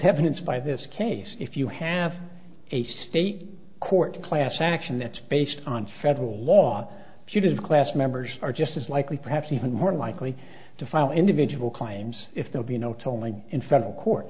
happen it's by this case if you have a state court class action that's based on federal law she does class members are just as likely perhaps even more likely to file individual claims if there be no tolling in federal court